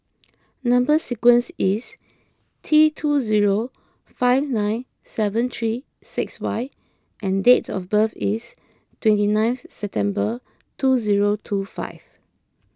Number Sequence is T two zero five nine seven three six Y and dates of birth is twenty ninth September two zero two five